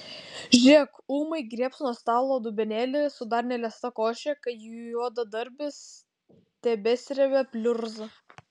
žiūrėk ūmai griebs nuo stalo dubenėlį su dar neliesta koše kai juodadarbis tebesrebia pliurzą